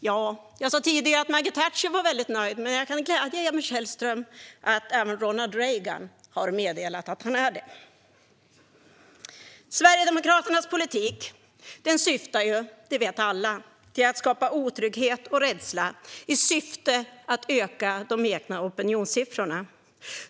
Jag sa tidigare att Margaret Thatcher är väldigt nöjd, men jag kan glädja Emil Källström med att även Ronald Reagan är det. Sverigedemokraternas politik syftar ju - det vet alla - till att skapa otrygghet och rädsla, för att öka de egna opinionssiffrorna.